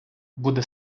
буде